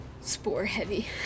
Spore-heavy